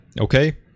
Okay